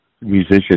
musician